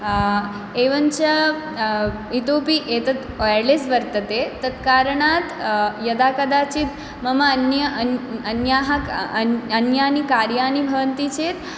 एवञ्च इतोऽपि एतत् वायर्लेस् वर्तते तत्कारणात् यदा कदाचित् मम अन्यानि कार्याणि भवन्ति चेत्